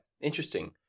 interesting